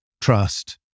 trust